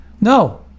No